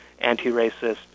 anti-racist